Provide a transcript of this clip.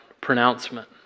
pronouncement